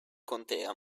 contea